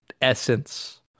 essence